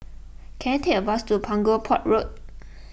can I take a bus to Punggol Port Road